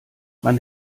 man